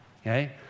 Okay